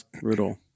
brutal